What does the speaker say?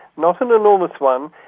not an enormous one,